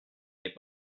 n’est